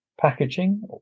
packaging